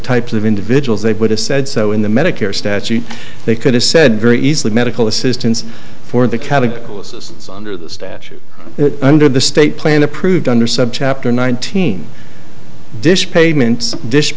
types of individuals they would have said so in the many care statute they could have said very easily medical assistance for the catholic under the statute under the state plan approved under subchapter nineteen dish pavement dish